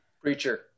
Preacher